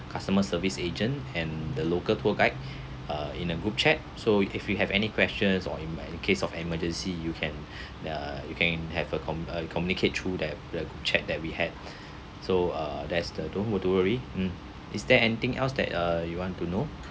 customer service agent and the local tour guide uh in a group chat so if you have any questions or in my in case of emergency you can uh you can have a com~ uh communicate through that the chat that we had so uh there's the don't wo~ to worry mm is there anything else that uh you want to know